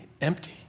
empty